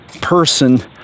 person